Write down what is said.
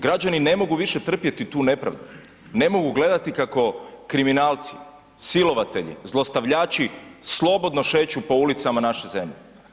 Građani ne mogu više trpjeti tu nepravdu, ne mogu gledati kako kriminalci, silovatelji, zlostavljači slobodno šeću po ulicama naše zemlje.